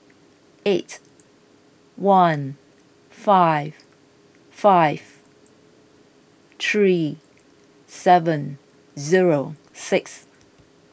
eight one five five three seven zero six